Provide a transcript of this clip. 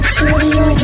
Studio